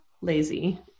lazy